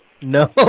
No